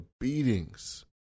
beatings